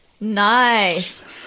Nice